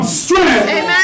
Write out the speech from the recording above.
strength